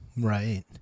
Right